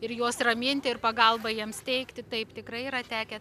ir juos raminti ir pagalbą jiems teikti taip tikrai yra tekę